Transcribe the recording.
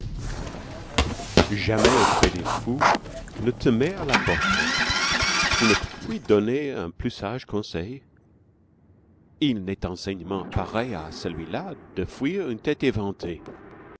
jamais auprès des fous ne te mets à portée je ne te puis donner un plus sage conseil il n'est enseignement pareil à celui-là de fuir une tête éventée